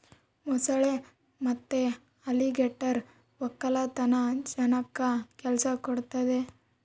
ಮೊಸಳೆ ಮತ್ತೆ ಅಲಿಗೇಟರ್ ವಕ್ಕಲತನ ಜನಕ್ಕ ಕೆಲ್ಸ ಕೊಡ್ತದೆ